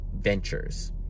Ventures